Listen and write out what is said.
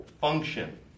function